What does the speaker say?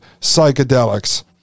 psychedelics